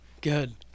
Good